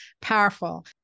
powerful